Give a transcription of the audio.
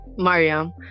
Mariam